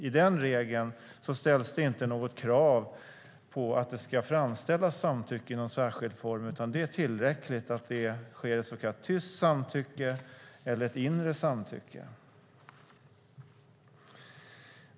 I den regeln ställs det inte något krav på att det ska framställas samtycke i någon särskild form, utan det är tillräckligt att det sker ett så kallat tyst samtycke eller ett inre samtycke.